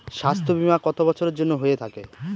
স্বাস্থ্যবীমা কত বছরের জন্য হয়ে থাকে?